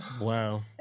Wow